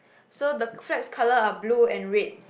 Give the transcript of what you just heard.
so the flags' colour are blue and red